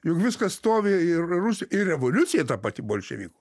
juk viskas stovi ir rus ir revoliucija ta pati bolševikų